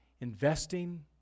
investing